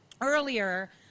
earlier